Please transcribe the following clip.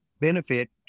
benefit